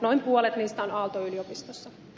noin puolet niistä on aalto yliopistossa